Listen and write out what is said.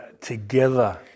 together